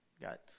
Got